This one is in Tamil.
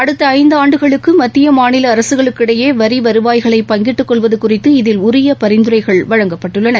அடுத்த இந்தாண்டுகளுக்கு மத்திய மாநில அரசுகளுக்கு இடையே வரி வருவாய்களை பங்கிட்டு கொள்வது குறித்து இதில் உரிய பரிந்துரைகள் வழங்கப்பட்டுள்ளன